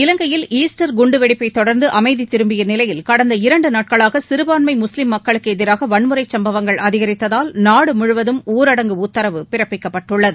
இலங்கையில் ஈஸ்டர் குண்டுவெடிப்பைத் தொடர்ந்து அமைதி திரும்பிய நிலையில் கடந்த இரண்டு நாட்களாக சிறுபான்மை முஸ்லீம் மக்களுக்கு எதிராக வன்முறை சம்பவங்கள் அதிகரித்ததால் நாடு முழுவதம் ஊரடங்கு உத்தரவு பிறப்பிக்கப்பட்டுள்ளது